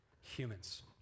humans